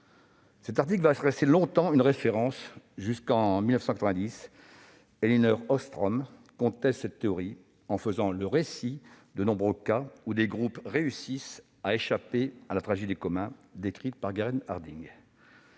Cet article va rester une référence longtemps, jusqu'à ce que, en 1990, Elinor Ostrom conteste cette théorie, en faisant le récit de nombreux cas où des groupes réussissent à échapper à la tragédie des communs décrite par Garrett Hardin.